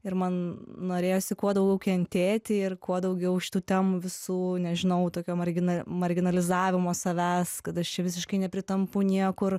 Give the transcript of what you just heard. ir man norėjosi kuo daugiau kentėti ir kuo daugiau šitų temų visų nežinau tokio margina marginalizavimo savęs kad aš čia visiškai nepritampu niekur